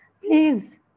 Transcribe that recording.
Please